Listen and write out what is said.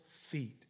feet